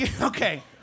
Okay